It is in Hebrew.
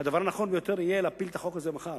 שהדבר הנכון ביותר יהיה להפיל את החוק הזה מחר,